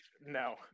no